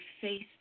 faith